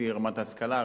לפי רמת ההשכלה,